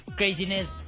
craziness